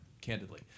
candidly